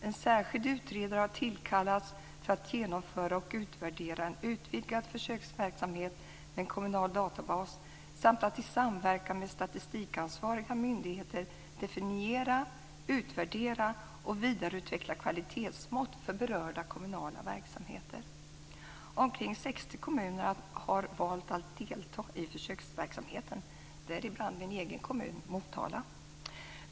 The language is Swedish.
En särskild utredare har tillkallats för att genomföra och utvärdera en utvidgad försöksverksamhet med en kommunal databas samt i samverkan med statistikansvariga myndigheter definiera, utvärdera och vidareutveckla kvalitetsmått för berörda kommunala verksamheter. Omkring 60 kommuner har valt att delta i försöksverksamheten, däribland min egen kommun Motala.